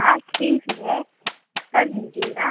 हाँ ठीक है कर लीजिएगा